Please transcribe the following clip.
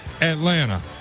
Atlanta